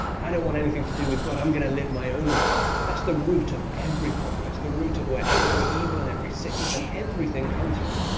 i don't want anything to do with god. i'm going to live my own way. that's the root of every problem. it's the root of where every evil and every sickness and everything comes from.